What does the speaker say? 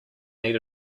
need